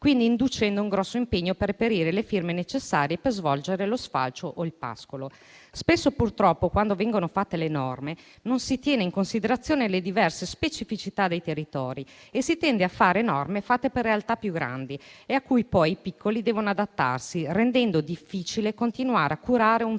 quindi inducendo un grosso impegno per reperire le firme necessarie per svolgere lo sfalcio o il pascolo. Spesso, purtroppo, quando vengono fatte le norme, non si tengono in considerazione le diverse specificità dei territori e si tende a pensare norme adatte a realtà più grandi e a cui poi i piccoli devono adattarsi, rendendo difficile continuare a curare un